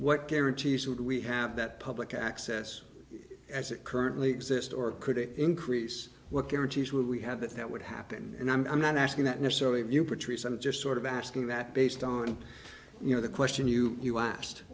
what guarantees would we have that public access as it currently exist or could it increase what guarantees would we have that that would happen and i'm not asking that necessarily of you patrice i'm just sort of asking that based on you know the question you you asked